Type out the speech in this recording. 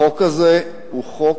החוק הזה הוא חוק,